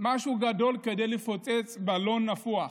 משהו גדול כדי לפוצץ בלון נפוח,